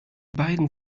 beiden